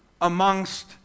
amongst